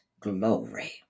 glory